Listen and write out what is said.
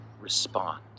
respond